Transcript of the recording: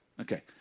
Okay